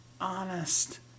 honest